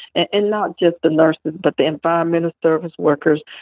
and not just the nurses, but the environmental services workers,